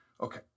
Okay